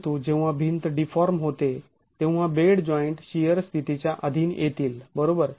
परंतु जेव्हा ही भिंत डीफॉर्म होते तेव्हा बेड जॉईंट शिअर स्थितीच्या आधीन येतील बरोबर